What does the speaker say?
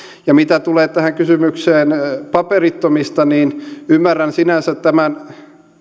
ja mitä tulee tähän kysymykseen paperittomista niin ymmärrän sinänsä tämän